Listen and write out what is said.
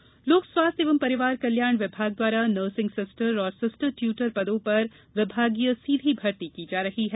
nursing भर्ती लोक स्वास्थ्य एवं परिवार कल्याण विभाग द्वारा नर्सिंग सिस्टर और सिस्टर ट्यूटर पदों पर विभागीय सीधी भर्ती की जा रही है